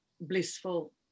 blissful